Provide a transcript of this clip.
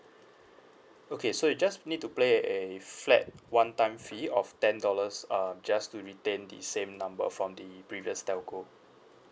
okay so you just need to play a flat one time fee of ten dollars uh just to retain the same number from the previous telco